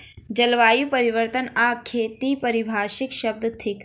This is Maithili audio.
जलवायु परिवर्तन आ खेती पारिभाषिक शब्द थिक